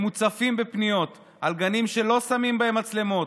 הם מוצפים בפניות על גנים שלא שמים בהם מצלמות,